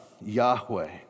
Yahweh